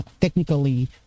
technically